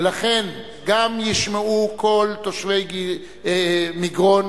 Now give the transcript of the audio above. ולכן, גם ישמעו כל תושבי מגרון,